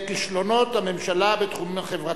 בכישלונות הממשלה בתחום החברתי.